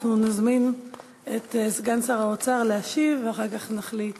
אנחנו נזמין את סגן שר האוצר להשיב, ואחר כך נחליט